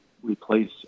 replace